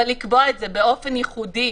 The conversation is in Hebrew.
אבל לקבוע באופן ייחודי,